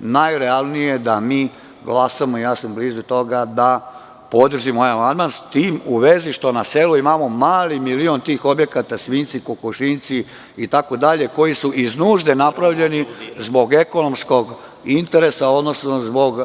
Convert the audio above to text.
najrealnije je da mi glasamo i ja sam blizu toga da mi podržimo ovaj amandman, s tim u vezi što na selu imamo mali milion tih objekata, svinjci, kokošinjci, koji su iz nužde napravljeni, zbog ekonomskog interesa, odnosno zbog